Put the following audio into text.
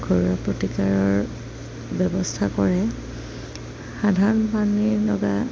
ঘৰুৱা প্ৰতিকাৰৰ ব্যৱস্থা কৰে সাধাৰণ পানী লগা